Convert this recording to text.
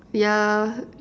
yeah